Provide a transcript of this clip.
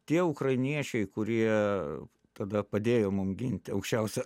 tie ukrainiečiai kurie tada padėjo mum ginti aukščiausią